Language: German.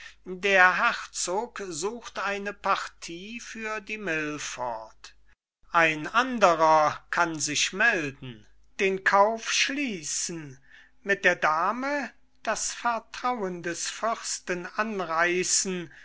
der herzog sucht eine partie für die milford ein anderer kann sich melden den kauf schließen mit der dame das vertrauen des fürsten anreißen